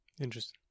Interesting